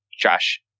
Josh